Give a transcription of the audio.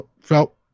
felt